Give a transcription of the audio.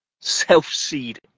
self-seed